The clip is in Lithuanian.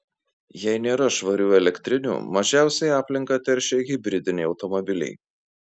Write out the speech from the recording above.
jei nėra švarių elektrinių mažiausiai aplinką teršia hibridiniai automobiliai